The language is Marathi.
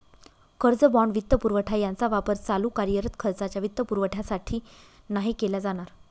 कर्ज, बाँड, वित्तपुरवठा यांचा वापर चालू कार्यरत खर्चाच्या वित्तपुरवठ्यासाठी नाही केला जाणार